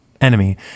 enemy